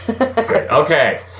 Okay